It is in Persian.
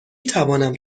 توانم